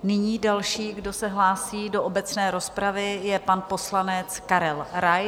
Nyní další, kdo se hlásí do obecné rozpravy, je pan poslanec Karel Rais.